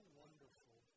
wonderful